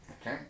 Okay